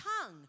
tongue